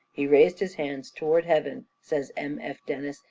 he raised his hands towards heaven, says m. f. denis,